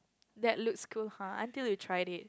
that looks cool [huh] until you try it